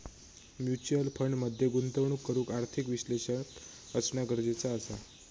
mutual fund मध्ये गुंतवणूक करूक आर्थिक विश्लेषक असना गरजेचा असा